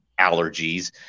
allergies